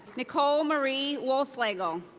nicole marie woleslagle.